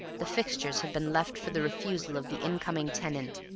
the fixtures had been left for the refusal of the incoming tenant,